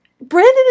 Brandon